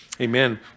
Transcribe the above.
Amen